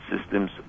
systems